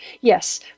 Yes